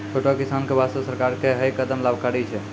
छोटो किसान के वास्तॅ सरकार के है कदम लाभकारी छै